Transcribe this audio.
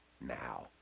now